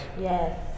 Yes